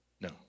No